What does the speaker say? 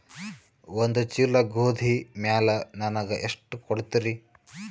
ಒಂದ ಚೀಲ ಗೋಧಿ ಮ್ಯಾಲ ನನಗ ಎಷ್ಟ ಕೊಡತೀರಿ?